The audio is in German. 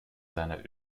seiner